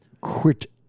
quit